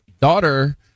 daughter